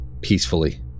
peacefully